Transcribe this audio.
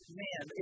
man